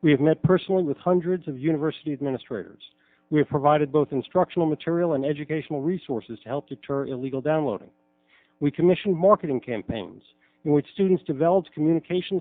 we have met personally with hundreds of university administrators we have provided both instructional material and educational resources to help deter illegal downloading we commissioned marketing campaigns in which students develop communication